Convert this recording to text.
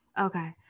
okay